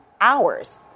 hours